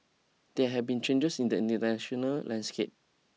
there have been changes in the international landscape